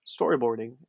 storyboarding